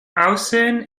aussehen